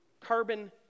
carbon